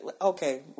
Okay